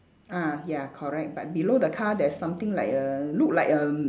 ah ya correct but below the car there's something like a look like a